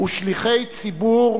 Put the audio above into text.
ושליחי ציבור